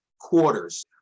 quarters